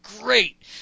great